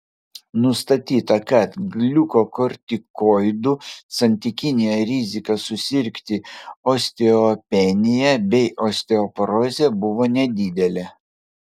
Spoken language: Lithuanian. nustatyta kad gliukokortikoidų santykinė rizika susirgti osteopenija bei osteoporoze buvo nedidelė